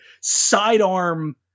sidearm